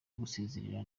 gusezerera